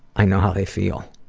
i know how they feel.